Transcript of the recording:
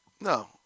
No